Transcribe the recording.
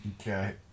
Okay